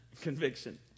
conviction